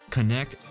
Connect